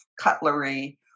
cutlery